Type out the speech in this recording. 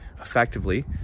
effectively